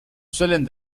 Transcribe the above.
suelen